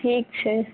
ठीक छै